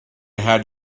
had